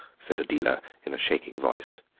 said adela in a shaking voice,